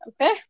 Okay